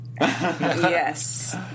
Yes